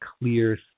clear